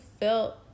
felt